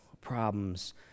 problems